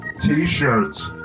T-shirts